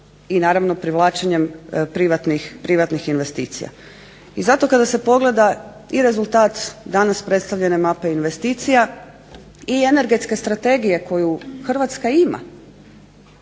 i naravno privlačenjem privatnih investicija. I zato kada se pogleda i rezultat danas predstavljene mape investicija i energetske strategije koju Hrvatska ima,